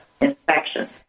infection